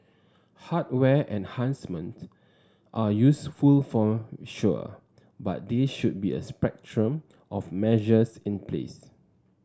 hardware enhancements are useful for sure but there should be a spectrum of measures in place